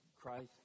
Christ